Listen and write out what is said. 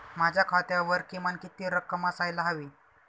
माझ्या खात्यावर किमान किती रक्कम असायला हवी?